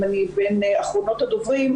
אם אני בין אחרונות הדוברים,